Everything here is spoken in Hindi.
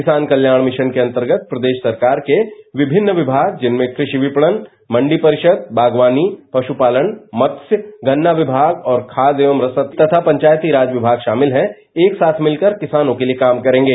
किसान कल्याण मिशन के अंतर्गत प्रदेश सरकार के विभिन्न विभाग जिसमें कृषि विपणन मंत्री परिषद बागवानी पशुपालन मत्स्य गन्ना विभाग और खाद एवं रसद तथा पंचायती राज विभाग शामिल है एक साथ मिलकर किसानों के लिए काम करेंगे